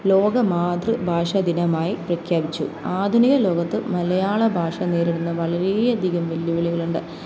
ലോക മാതൃഭാഷ ദിനമായി പ്രഖ്യാപിച്ചു ആധുനിക ലോകത്ത് മലയാളഭാഷ നേരിടുന്ന വളരെയധികം വെല്ലുവിളികളുണ്ട്